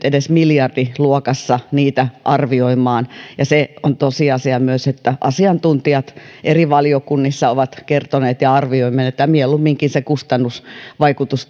edes miljardiluokassa niitä arvioimaan se on tosiasia myös että asiantuntijat eri valiokunnissa ovat kertoneet ja arvioineet että mieluumminkin se kustannusvaikutus